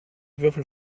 würfel